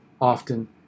often